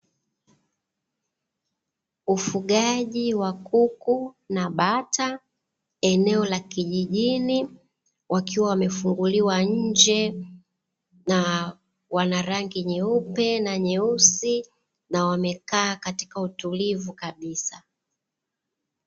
Ufugaji wa kuku na bata eneo la kijijini, wakiwa wamefunguliwa nje; na wana rangi nyeupe na nyeusi, na wamekaa katika utulivu kabisa.